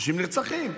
אנשים נרצחים.